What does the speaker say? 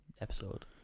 episode